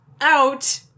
out